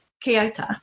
Kyoto